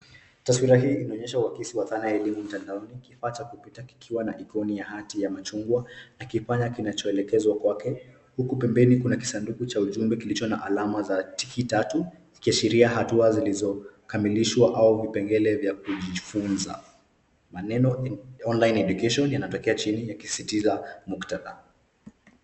Taswira hii inaonyesha uakisi wa dhana ya elimu mtandaoni kifaa cha kupita kikiwa ikoni ya hati ya machungwa na kipanya kinachoelekezwa kwake. Huku pembeni kuna kisanduku cha ujumbe kilicho na alama za tiki tatu ikiashiria hatua zilizo kamilishwa au vipengele vya kujifunza. Maneno ya online education yanatokea chini yakisisitiza muktadha.